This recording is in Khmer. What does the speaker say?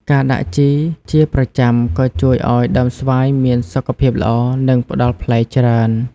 ការដាក់ជីជាប្រចាំក៏ជួយឲ្យដើមស្វាយមានសុខភាពល្អ និងផ្ដល់ផ្លែច្រើន។